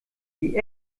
die